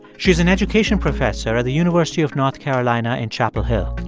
she is an education professor at the university of north carolina in chapel hill.